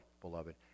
beloved